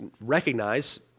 recognize